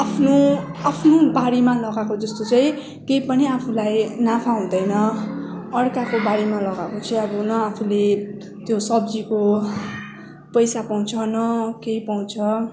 आफ्नो आफ्नो बारीमा लगाएको जस्तो चाहिँ केही पनि आफूलाई नाफा हुँदैन अर्काको बारीमा लगाएको चाहिँ अब न आफूले त्यो सब्जीको पैसा पाउँछ न केही पाउँछ